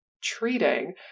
treating